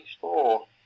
four